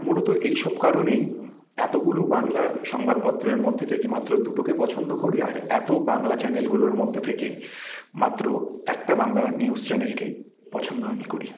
মূলত এই সব কারণেই এতগুলো বাংলা সংবাদপত্রের মধ্যে থেকে মাত্র দুটোকে পছন্দ করি আর এত বাংলা চ্যানেলগুলোর মধ্যে থেকে মাত্র একটা বাংলা নিউজ চ্যানেলকে পছন্দ আমি করি